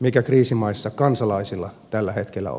mikä kriisimaissa kansalaisilla tällä hetkellä on